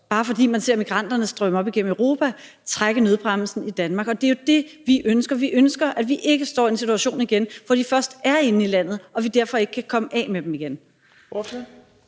bare fordi man ser migranterne strømme op igennem Europa, trække i nødbremsen i Danmark. Det er jo det, vi ønsker. Vi ønsker ikke, at vi igen står i den situation, at de først er inde i landet, og at vi derfor ikke kan komme af med dem igen.